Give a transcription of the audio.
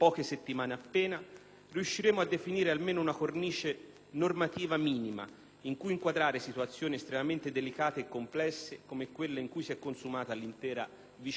riusciremo a definire almeno una cornice normativa minima in cui inquadrare situazioni estremamente delicate e complesse come quella in cui si è consumata l'intera vicenda degli Englaro